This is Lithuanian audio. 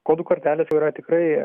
kodų kortelės jau yra tikrai